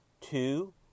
two